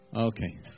Okay